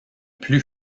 plus